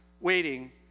waiting